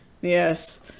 yes